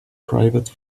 private